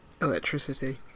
Electricity